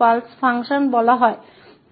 pulse function कहा जाता है